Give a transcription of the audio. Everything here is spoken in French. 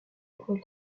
poil